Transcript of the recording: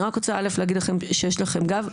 אני רק רוצה א' להגיד לכם שיש לכם גב,